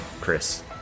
Chris